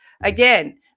again